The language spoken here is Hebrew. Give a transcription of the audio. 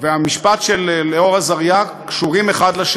והמשפט של אלאור אזריה קשורים זה לזה,